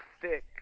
thick